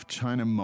China